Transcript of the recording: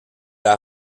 l’a